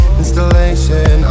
installation